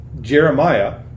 Jeremiah